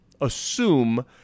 assume